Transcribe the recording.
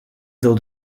though